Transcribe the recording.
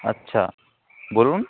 আচ্ছা বলুন